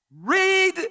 Read